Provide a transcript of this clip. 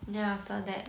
then after that